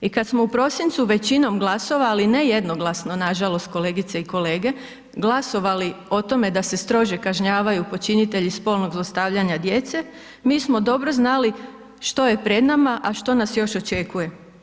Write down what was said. I kad smo u prosincu većinom glasovali, nejednoglasno nažalost, kolegice i kolege, glasovali o tome da se strože kažnjavaju počinitelji spolnog zlostavljanja djece, mi smo dobro znali što je pred nama a što nas još očekuje.